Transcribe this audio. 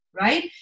right